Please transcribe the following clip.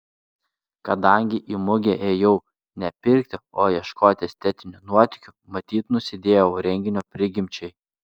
kadangi į mugę ėjau ne pirkti o ieškoti estetinių nuotykių matyt nusidėjau renginio prigimčiai